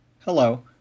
Hello